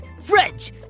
French